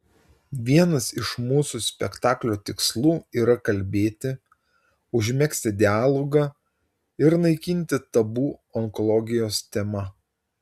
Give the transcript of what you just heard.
vienas iš mūsų spektaklio tikslų yra kalbėti užmegzti dialogą ir naikinti tabu onkologijos tema